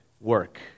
work